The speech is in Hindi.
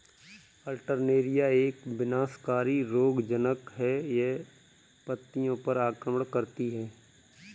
अल्टरनेरिया एक विनाशकारी रोगज़नक़ है, यह पत्तियों पर आक्रमण करती है